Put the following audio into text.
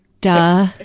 duh